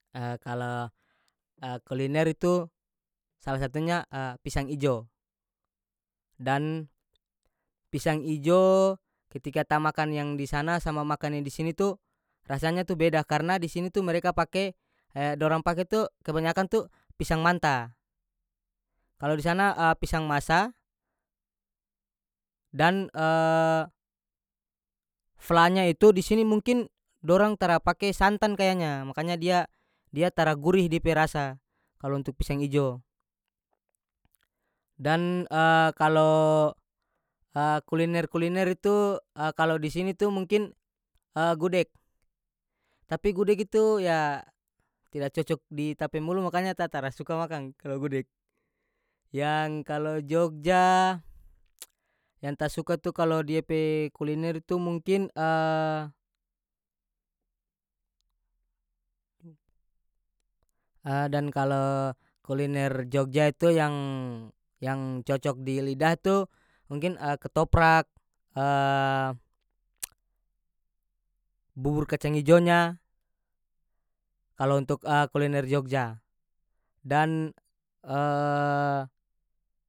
kalo kuliner itu salah satunya pisang ijo dan pisang ijo ketika ta makan yang di sana sama makannya di sini tu rasanya tu beda karena di sini tu mereka pake dorang pake tu kebanyakan tu pisang manta kalo di sana pisang masa dan flanya itu di sisni mungkin dorang tara pake santan kayanya makanya dia- dia tara gurih dia pe rasa kalo untuk pisang ijo dan kalo kuliner-kuliner itu kalo di sini tu mungkin gudeg tapi gudeg itu ya tidak cocok di ta pe mulu makanya ta tara suka makang kalo yang kalo jogja yang ta suka tu kalo dia pe kuliner itu mungkin dan kalo kuliner jogja itu yang- yang cocok di lidah itu mungkin ketoprak bubur kacang ijonya kalo untuk a kuliner jogja dan.